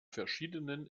verschiedenen